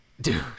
Dude